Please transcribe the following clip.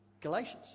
Galatians